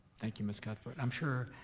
thank you, miss cuthbert, i'm sure